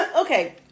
okay